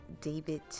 David